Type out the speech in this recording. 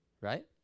right